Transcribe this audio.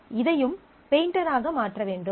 இதையும் பெயிண்டர் ஆக மாற்ற வேண்டும்